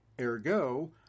Ergo